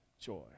joy